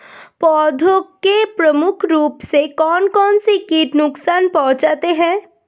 पौधों को प्रमुख रूप से कौन कौन से कीट नुकसान पहुंचाते हैं?